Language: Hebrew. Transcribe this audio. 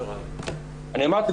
אני אמרתי,